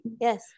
Yes